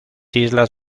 islas